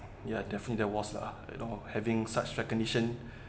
ya definitely that was lah you know having such recognition